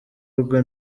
rwe